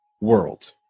world